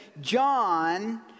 John